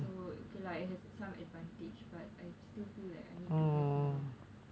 so okay lah it has some advantage but I still feel like I need to have more